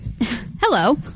hello